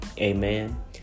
Amen